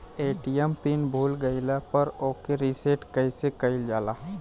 ATM pin भूल गईल पर ओके रीसेट कइसे कइल जाला?